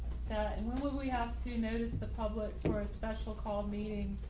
yeah and when will we have to notice the public for a special call meeting?